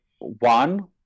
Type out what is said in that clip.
one